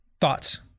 Thoughts